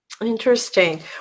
interesting